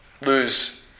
lose